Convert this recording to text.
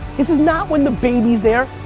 this is not when the baby's there.